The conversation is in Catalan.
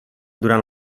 durant